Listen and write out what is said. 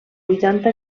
vuitanta